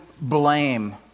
blame